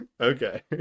Okay